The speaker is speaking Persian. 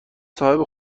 صاحب